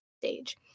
stage